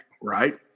right